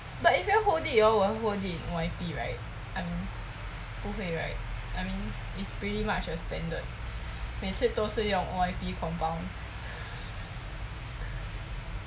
but if you all hold it you all will hold it in O_I_P right I mean 不会 right I mean it's pretty much a standard 每次都是用 O_I_P compound